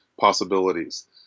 possibilities